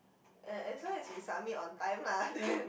eh as long as you submit on time lah then